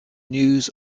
news